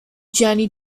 journey